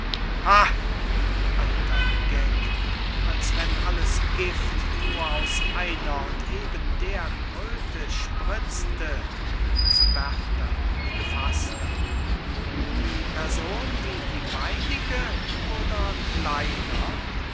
alter geck als wenn alles gift nur aus einer und eben der kröte sprützte zu berta gefaßter die person wie die meinige oder kleiner